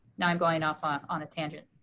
now i'm going off on on a tangent.